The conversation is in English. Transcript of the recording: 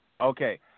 Okay